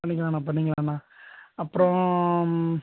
பண்ணிக்கலாண்ணா பண்ணிக்கலாண்ணா அப்புறம்